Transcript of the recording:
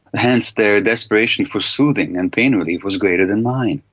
hence their desperation for soothing and pain relief was greater than mine.